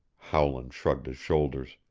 howland shrugged his shoulders.